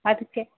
ಅದಕ್ಕೆ